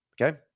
Okay